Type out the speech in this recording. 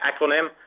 acronym